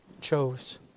chose